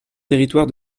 territoire